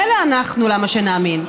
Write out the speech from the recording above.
מילא אנחנו, למה שנאמין,